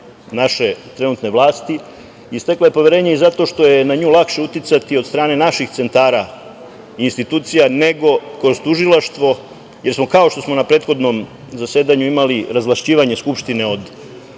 naše trenutne vlasti i stekla je poverenje i zato što je na nju lakše uticati od strane naših centara i institucija nego kroz tužilaštvo. Jer, kao što smo na prethodnom zasedanju imali razvlašćivanje Skupštine od